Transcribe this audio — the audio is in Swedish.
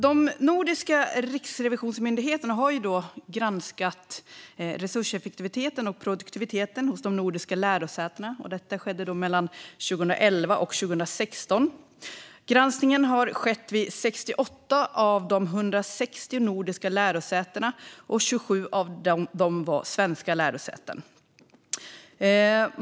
De nordiska riksrevisionsmyndigheterna har granskat resurseffektivitet och produktivitet hos de nordiska lärosätena mellan åren 2011 och 2016. Granskningen har skett vid 68 av de 160 nordiska lärosätena, och 27 svenska lärosäten deltog.